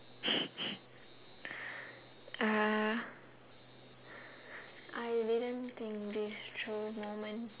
uh I didn't think this through moment